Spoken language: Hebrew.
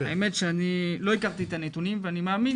האמת שאני לא הכרתי את הנתונים ואני מאמין